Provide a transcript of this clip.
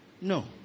No